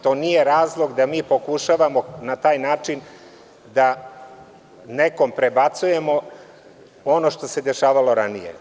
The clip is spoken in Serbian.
To nije razlog da mi pokušavamo na taj način da nekom prebacujemo ono što se dešavalo ranije.